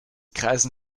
kreisen